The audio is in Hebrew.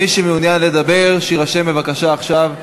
מי שמעוניין לדבר, שיירשם בבקשה עכשיו במזכירות.